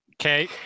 okay